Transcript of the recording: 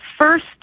first